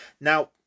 Now